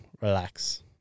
relax